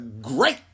Great